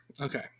Okay